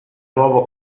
nuovo